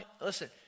listen